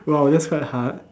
!wow! that's quite hard